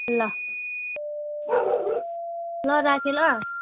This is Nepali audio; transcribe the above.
ल ल राखेँ ल